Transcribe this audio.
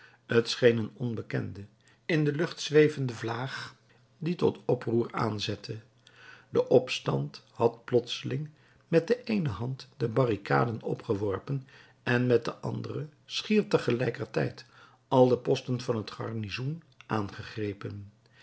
scheen een onbekende in de lucht zwevende vlaag die tot oproer aanzette de opstand had plotseling met de eene hand de barricaden opgeworpen en met de andere schier tegelijkertijd al de posten van het garnizoen aangegrepen